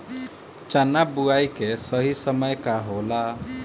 चना बुआई के सही समय का होला?